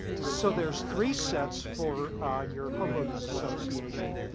so there's three sets for your home owners association.